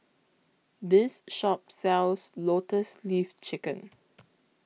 This Shop sells Lotus Leaf Chicken